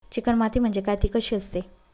Chicken माती म्हणजे काय? ति कशी असते?